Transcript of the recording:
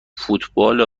فوتبال